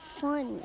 fun